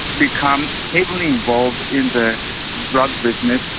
become heavily involved in the drug business,